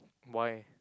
why